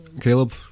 Caleb